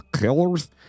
killers